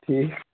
ٹھیٖک